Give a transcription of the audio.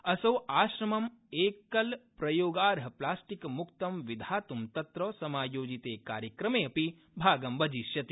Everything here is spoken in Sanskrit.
असौ आश्रमम् एकलप्रयोगाई प्लास्टिक मुक्तं विधातूं तत्र समायोजिते कार्यक्रमे अपि भागं भजिष्यति